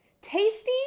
Tasty